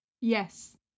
Yes